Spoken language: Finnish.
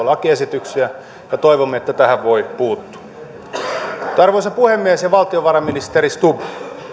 lakiesityksiä ja toivomme että tähän voi puuttua arvoisa puhemies valtiovarainministeri stubb